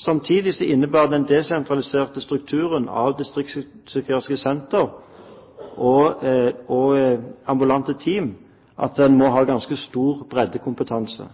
Samtidig innebærer den desentraliserte strukturen av distriktspsykiatriske sentre og ambulante team at en må ha ganske stor breddekompetanse.